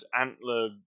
antler